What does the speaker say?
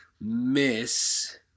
miss